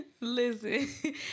Listen